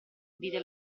dite